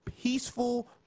peaceful